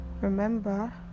Remember